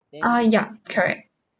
uh yup correct